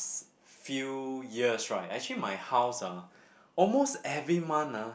few years right actually my house ah almost every month ah